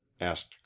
asked